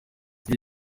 kuba